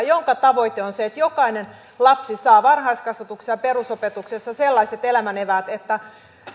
jonka tavoite on että jokainen lapsi saa varhaiskasvatuksessa ja perusopetuksessa sellaiset elämäneväät että